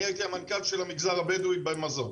אני הייתי המנכ"ל של המגזר הבדואי ב---,